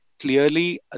clearly